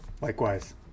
Likewise